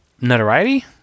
notoriety